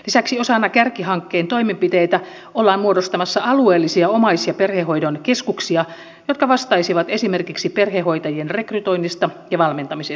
lisäksi osana kärkihankkeen toimenpiteitä ollaan muodostamassa alueellisia omais ja perhehoidon keskuksia jotka vastaisivat esimerkiksi perhehoitajien rekrytoinnista ja valmentamisesta